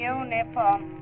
uniform